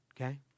okay